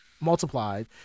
multiplied